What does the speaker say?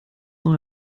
noch